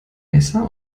messer